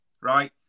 right